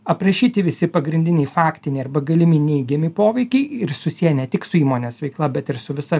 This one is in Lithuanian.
aprašyti visi pagrindiniai faktiniai arba galimi neigiami poveikiai ir susiję ne tik su įmonės veikla bet ir su visa